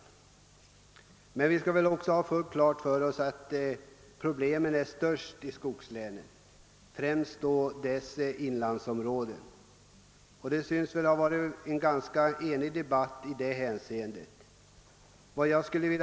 Emellertid skall vi också ha fullt klart för oss att problemen är störst i skogslänen, främst då i deras inlandsområden. I det avseendet synes deltagarna i debatten också ha varit ganska eniga.